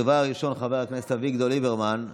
הדובר הראשון, חבר הכנסת אביגדור ליברמן,